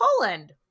Poland